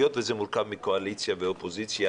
היות וזה מורכב מקואליציה ואופוזיציה,